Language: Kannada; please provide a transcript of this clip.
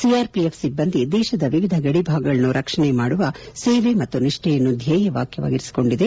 ಸಿಆರ್ಪಿಎಫ್ ಸಿಬ್ಬಂದಿ ದೇಶದ ವಿವಿಧ ಗಡಿಭಾಗಗಳನ್ನು ರಕ್ಷಣ ಮಾಡುವ ಸೇವೆ ಮತ್ತು ನಿಷ್ಠೆಯನ್ನು ಧ್ವೇಯ ವಾಖ್ಯವಾಗಿರಿಸಿಕೊಂಡಿದೆ